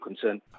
concern